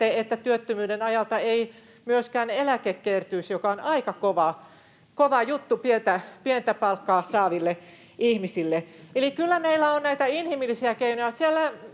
että työttömyyden ajalta ei myöskään eläke kertyisi, mikä on aika kova juttu pientä palkkaa saaville ihmisille. Eli kyllä meillä on näitä inhimillisiäkin keinoja.